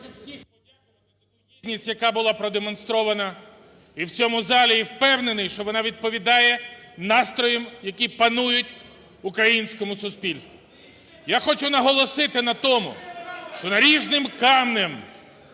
Я хочу наголосити на тому, що наріжним каменем